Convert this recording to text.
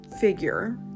figure